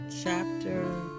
chapter